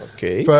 Okay